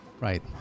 Right